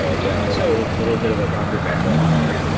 so yeah, so a little bit of a concert band going on here.